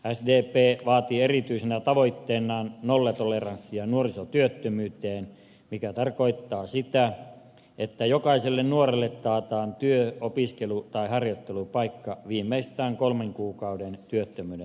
sdp vaatii erityisenä tavoitteenaan nollatoleranssia nuorisotyöttömyyteen mikä tarkoittaa sitä että jokaiselle nuorelle taataan työ opiskelu tai harjoittelupaikka viimeistään kolmen kuukauden työttömyyden jälkeen